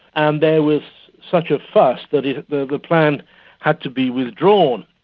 and there was such a fuss that the the plan had to be withdrawn.